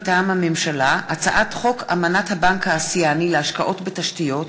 מטעם הממשלה: הצעת חוק אמנת הבנק האסייני להשקעות בתשתיות,